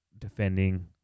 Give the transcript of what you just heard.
defending